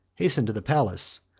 hastened to the palace,